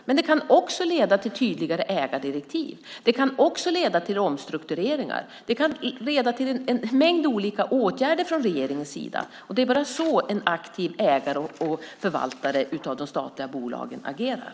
För det andra kan det leda till tydligare ägardirektiv. För det tredje kan det leda till omstruktureringar. Det kan alltså leda till en mängd olika åtgärder från regeringens sida. Det är så en aktiv ägare och förvaltare av de statliga bolagen agerar.